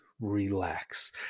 Relax